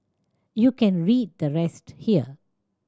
you can read the rest here